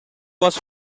was